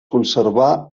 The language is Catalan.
conservà